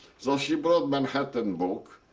so she brought manhattan book.